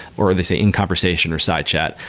or they say in conversation or side chat,